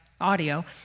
audio